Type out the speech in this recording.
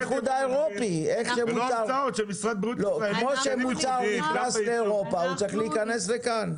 כמו שמוצר נכנס לאירופה, הוא צריך להיכנס לכאן.